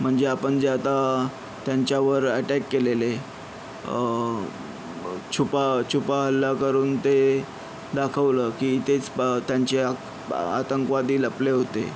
म्हणजे आपण जे आता त्यांच्यावर ॲटॅक केलेले छुपा छुपा हल्ला करून ते दाखवलं की तेच त्यांच्या आतंकवादी लपले होते